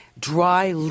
Dry